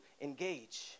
engage